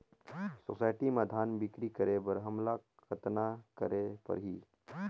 Society म धान बिक्री करे बर हमला कतना करे परही?